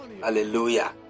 Hallelujah